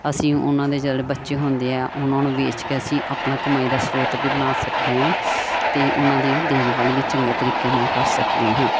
ਅਸੀਂ ਉਹਨਾਂ ਦੇ ਜਿਹੜੇ ਬੱਚੇ ਹੁੰਦੇ ਆ ਉਹਨਾਂ ਨੂੰ ਵੇਚ ਕੇ ਅਸੀਂ ਆਪਣਾ ਕਮਾਈ ਦਾ ਸਰੋਤ ਵੀ ਬਣਾ ਸਕਦੇ ਹਾਂ ਅਤੇ ਉਹਨਾਂ ਦੀ ਦੇਖਭਾਲ ਵੀ ਚੰਗੇ ਤਰੀਕੇ ਨਾਲ ਕਰ ਸਕਦੇ ਹਾਂ